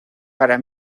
para